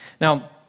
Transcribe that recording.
Now